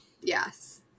yes